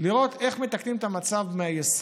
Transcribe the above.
כדי לראות איך מתקנים את המצב מהיסוד,